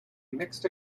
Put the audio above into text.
mixed